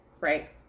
right